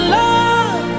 love